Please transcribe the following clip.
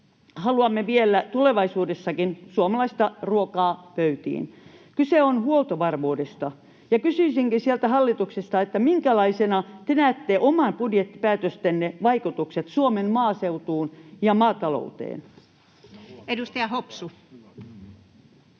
haluamme vielä tulevaisuudessakin suomalaista ruokaa pöytiin. Kyse on myös huoltovarmuudesta. Kysyisinkin sieltä hallituksesta: minkälaisina te näette omien budjettipäätöstenne vaikutukset Suomen maaseutuun ja maatalouteen? Edustaja Hopsu.